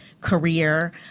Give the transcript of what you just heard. career